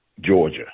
Georgia